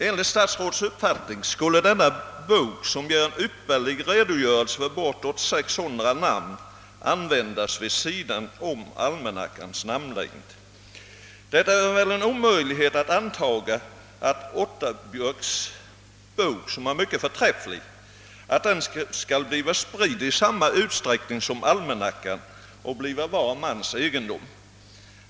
Enligt statsrådets uppfattning skulle nämnda bok — som ger en ypperlig redogörelse för bortåt 600 förnamn — användas vid sidan om almanackans namnlängd. Men det är väl omöjligt att anta att Otterbjörks bok, hur förträfflig den än är, skall bli lika spridd som almanackan och utgöra var mans egendom.